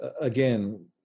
again